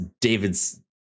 David's